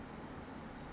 回去换 right